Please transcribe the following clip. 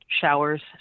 showers